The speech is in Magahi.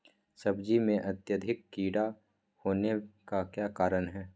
सब्जी में अत्यधिक कीड़ा होने का क्या कारण हैं?